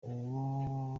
ubwo